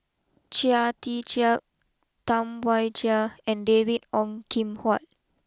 Chia Tee Chiak Tam Wai Jia and David Ong Kim Huat